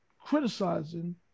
criticizing